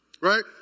right